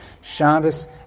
Shabbos